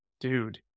dude